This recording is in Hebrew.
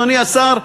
אדוני השר,